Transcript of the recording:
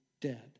dead